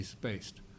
based